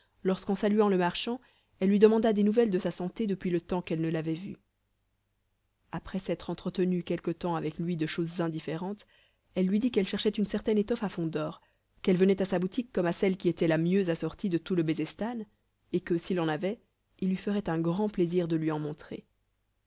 lorsqu'en saluant le marchand elle lui demanda des nouvelles de sa santé depuis le temps qu'elle ne l'avait vu après s'être entretenue quelque temps avec lui de choses indifférentes elle lui dit qu'elle cherchait une certaine étoffe à fond d'or qu'elle venait à sa boutique comme à celle qui était la mieux assortie de tout le bezestan et que s'il en avait il lui ferait un grand plaisir de lui en montrer